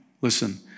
Listen